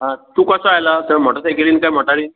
आ तूं कसो आयला थंय मोटसायकलीन काय मोटारीन